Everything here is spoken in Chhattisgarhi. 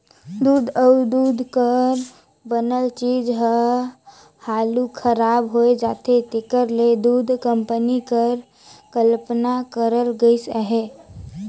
दूद अउ दूद कर बनल चीज हर हालु खराब होए जाथे तेकर ले दूध कंपनी कर कल्पना करल गइस अहे